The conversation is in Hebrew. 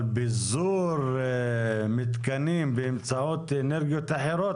אבל פיזור מתקנים באמצעות אנרגיות אחרות,